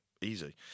Easy